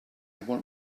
want